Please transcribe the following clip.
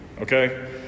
okay